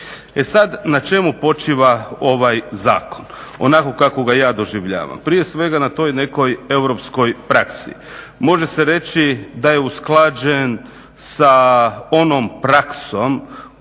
E sad na čemu počiva ovaj zakon onako kako ga ja doživljavam, prije svega na toj nekoj europskoj praksi, može se reći da je usklađen sa onom praksom